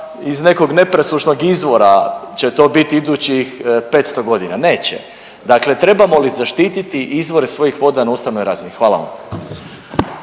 iz nekog nepresušnog izvora će to biti idućih 500 godina. Neće. Dakle, trebamo li zaštiti izvore svojih voda na ustavnoj razini? Hvala vam.